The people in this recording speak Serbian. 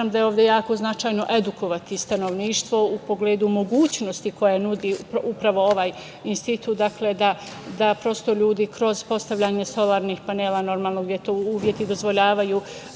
da je ovde jako značajno edukovati stanovništvo u pogledu mogućnosti koja nudi upravo ovaj institut, dakle, da prosto ljudi kroz postavljanje solarnih panela, normalno gde to uslovi dozvoljavaju,